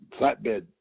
flatbed